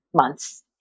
months